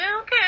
okay